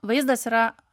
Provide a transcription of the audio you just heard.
vaizdas yra